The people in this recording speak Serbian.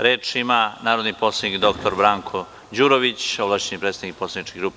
Reč ima narodni poslanik dr Branko Đurović, ovlašćeni predstavnik poslaničke grupe.